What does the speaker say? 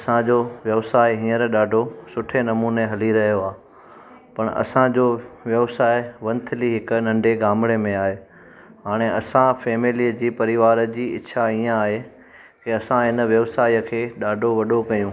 असांजो व्यवसाए हीअंर ॾाढो सुठे नमूने हली रहियो आहे पर असांजो व्यवसाए वंथली हिकु नंढे गामणे में आहे हाणे असां फैमिलीअ जी परिवार जी इच्छा हीअं आहे की असां हिन व्यवसाए खे ॾाढो वॾो कयूं